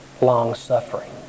long-suffering